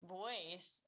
voice